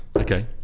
Okay